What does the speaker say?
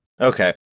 Okay